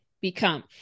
become